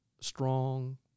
strong